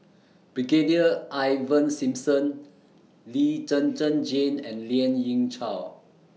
Brigadier Ivan Simson Lee Zhen Zhen Jane and Lien Ying Chow